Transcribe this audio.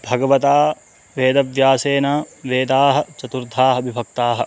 भगवता वेदव्यासेन वेदाः चतुर्थाः विभक्ताः